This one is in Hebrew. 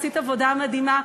עשית עבודה מדהימה,